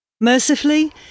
Mercifully